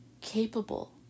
capable